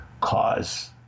cause